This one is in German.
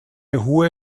hohe